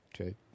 Okay